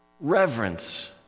Reverence